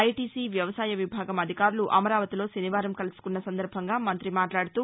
ITC వ్యవసాయ విభాగం అధికారులు అమరావతిలో శనివారం కలుసుకున్న సందర్బంగా మంతి మాట్లాడుతూ